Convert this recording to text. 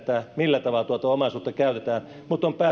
millä tavalla tuota omaisuutta käytetään mutta on